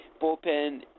bullpen